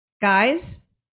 Guys